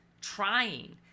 trying